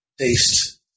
taste